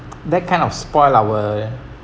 that kind of spoilt our